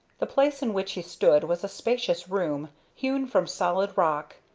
the place in which he stood was a spacious room, hewn from solid rock.